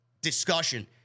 discussion